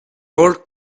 old